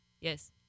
Yes